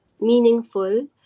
meaningful